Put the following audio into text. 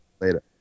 Later